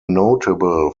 notable